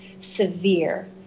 severe